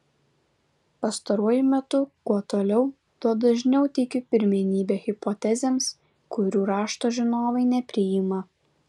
pastaruoju metu kuo toliau tuo dažniau teikiu pirmenybę hipotezėms kurių rašto žinovai nepriima